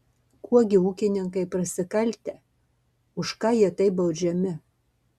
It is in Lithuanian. kuo gi ūkininkai prasikaltę už ką jie taip baudžiami